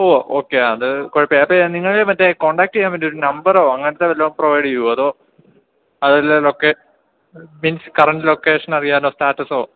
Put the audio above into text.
ഓ okay അത് കുഴപ്പം ഇല്ല അപ്പം നിങ്ങൾ മറ്റേ കോൺടാക്ട് ചെയ്യാൻ പറ്റിയ ഒരു നമ്പറോ അങ്ങനെത്തെ വല്ലതും പ്രൊവൈഡ് ചെയ്യുമോ അതോ അതല്ല ലൊക്കേ മീൻസ് കറണ്ട് ലൊക്കേഷൻ അറിയാനോ സ്റ്റാറ്റസോ